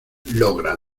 logra